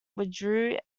withdrew